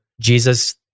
Jesus